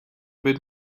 bit